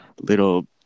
little